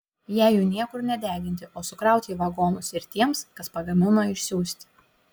jei jų niekur nedeginti o sukrauti į vagonus ir tiems kas pagamino išsiųsti